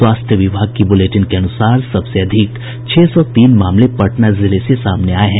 स्वास्थ्य विभाग की बुलेटिन के अनुसार सबसे अधिक छह सौ तीन मामले पटना जिले से सामने आये हैं